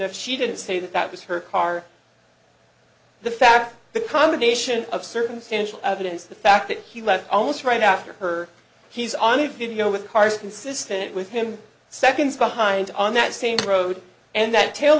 if she didn't say that that was her car the fact the combination of circumstantial evidence the fact that he left oh it's right after her he's on the video with cars consistent with him seconds behind on that same road and that tail